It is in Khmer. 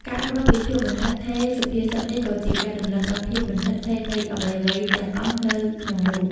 ការអប់រំពីភាពមិនឋិតថេរសុភាសិតនេះក៏ជាការរំលឹកដល់ ភាពមិនឋិតថេរ នៃអ្វីៗទាំងអស់នៅក្នុងលោក។